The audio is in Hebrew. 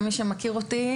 למי שמכיר אותי,